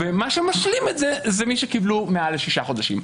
מה שמשלים את זה, זה מי שקיבלו מעל שישה חודשים.